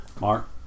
Mark